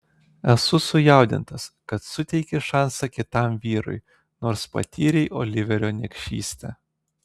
esu sujaudintas kad suteiki šansą kitam vyrui nors patyrei oliverio niekšystę